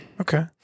Okay